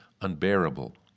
unbearable